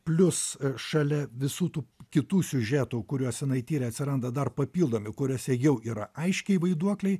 plius šalia visų tų kitų siužetų kuriuos jinai tiria atsiranda dar papildomi kuriose jau yra aiškiai vaiduokliai